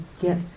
get